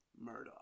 Murdoch